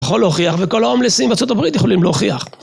יכול להוכיח, וכל ההומלסים בארצות הברית יכולים להוכיח.